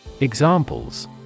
Examples